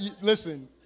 Listen